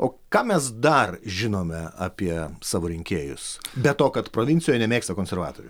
o ką mes dar žinome apie savo rinkėjus be to kad provincijoj nemėgsta konservatorių